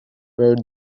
were